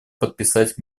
подписать